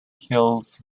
hills